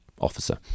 officer